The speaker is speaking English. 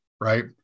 right